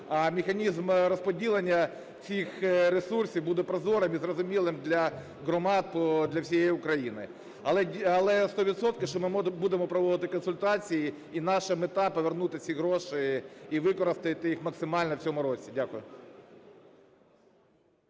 механізм розподілення цих ресурсів буде прозорим і зрозумілим для громад, для всієї України. Але 100 відсотків, що ми будемо проводити консультації і наша мета – повернути ці гроші і використати їх максимально в цьому році. Дякую.